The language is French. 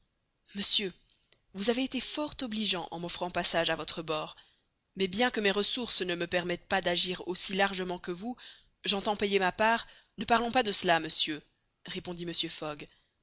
monsieur vous avez été fort obligeant en m'offrant passage à votre bord mais bien que mes ressources ne me permettent pas d'agir aussi largement que vous j'entends payer ma part ne parlons pas de cela monsieur répondit mr fogg